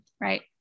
Right